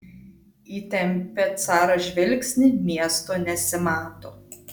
įtempia caras žvilgsnį miesto nesimato